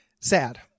Sad